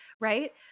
right